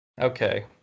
Okay